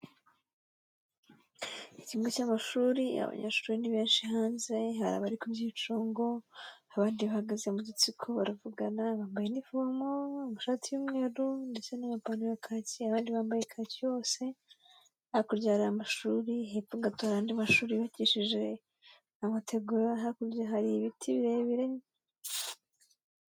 Ikigo cy'amashuri abanyeshuri ni benshi hanze, hari abari ku byicungo abandi bahagaze mu dutsiko, baravugana bambaye inifomo, amashati y'umweru ndetse n'amapantaro ya kacyi, abandi bambaye kacyi yose, hakurya hari amashuri, hepfo gato andi mashuri yubakishije amategura, hakurya hari ibiti birebire.